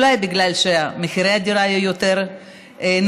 אולי בגלל שמחירי הדירות היו יותר נמוכים,